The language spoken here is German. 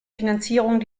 finanzierung